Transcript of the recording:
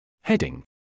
Heading